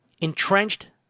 entrenched